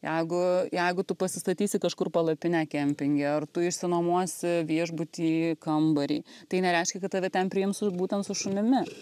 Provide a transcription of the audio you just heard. jeigu jeigu tu pasistatysi kažkur palapinę kempinge ar tu išsinuomosi viešbuty kambarį tai nereiškia kad tave ten priims ir būtent su šunimi